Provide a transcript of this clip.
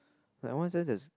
like one sense there's